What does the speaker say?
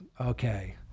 okay